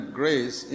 grace